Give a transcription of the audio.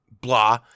blah